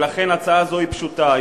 ולכן ההצעה הזאת היא פשוטה,